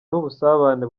n’ubusabane